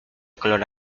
color